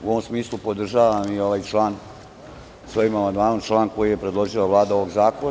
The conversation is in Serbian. U ovom smislu podržavam i ovaj član svojim amandmanom, član koji je predložila Vlada ovog zakona.